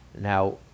Now